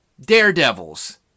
Daredevils